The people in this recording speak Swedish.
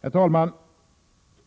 Herr talman!